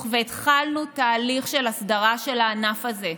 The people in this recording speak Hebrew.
והתחלנו תהליך של הסדרה של הענף הזה,